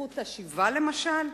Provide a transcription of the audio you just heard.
לזכות השיבה, למשל?